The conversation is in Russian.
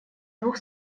двух